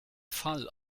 fall